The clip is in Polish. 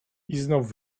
znów